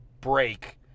break